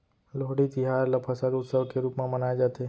लोहड़ी तिहार ल फसल उत्सव के रूप म मनाए जाथे